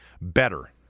better